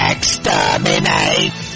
Exterminate